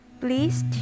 Please